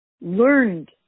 learned